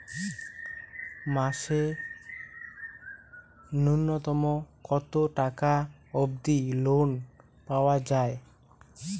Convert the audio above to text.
মাসে নূন্যতম কতো টাকা অব্দি লোন পাওয়া যায়?